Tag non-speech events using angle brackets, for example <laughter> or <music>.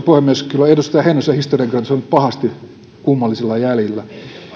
<unintelligible> puhemies kyllä edustaja heinosen historiankirjoitus on nyt pahasti kummallisilla jäljillä